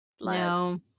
no